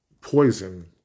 poison